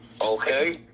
Okay